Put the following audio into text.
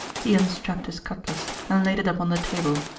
he unstrapped his cutlass and laid it upon the table,